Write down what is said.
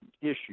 issue